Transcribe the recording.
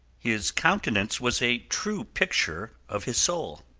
his countenance was a true picture of his soul.